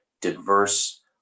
diverse